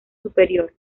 superior